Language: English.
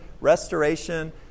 restoration